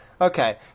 Okay